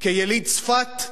כיליד צפת,